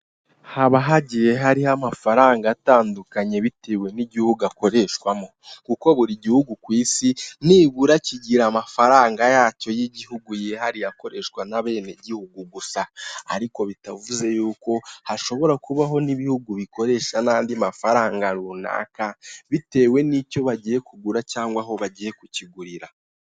Haba hagiye hariho amafaranga atandukanye bitewe n'igihugu akoreshwamo. Kuko buri gihugu ku isi nibura kigira amafaranga yacyo y'igihugu yihariye akoreshwa n'abenegihugu gusa. Ariko bitavuze yuko hashobora kubaho n'ibihugu bikoresha n'andi mafaranga runaka, bitewe n'icyo bagiye kugura cyangwa aho bagiye kukigurira.